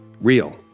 real